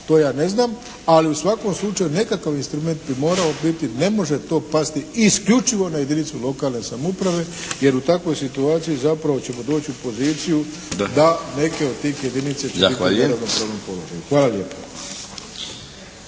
to ja ne znam, ali u svakom slučaju nekakav instrument bi morao biti, ne može to pasti isključivo na jedinicu lokalne samouprave jer u takvoj situaciji zapravo ćemo doći u poziciju da neke od tih jedinica će biti u neravnopravnom položaju. Hvala lijepa.